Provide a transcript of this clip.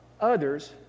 others